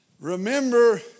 Remember